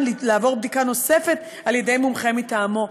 לעבור בדיקה נוספת על-ידי מומחה מטעמו.